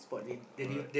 alright